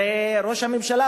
הרי ראש הממשלה,